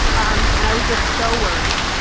um and i was just so worried.